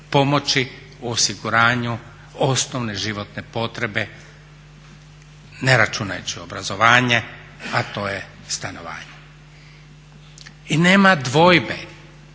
pomoći u osiguranju osnovne životne potrebe ne računajući obrazovanje, a to je stanovanje. I nema dvojbe